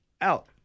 Out